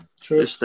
True